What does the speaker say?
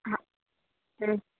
हँ हँ